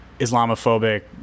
Islamophobic